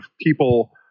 people